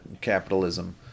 capitalism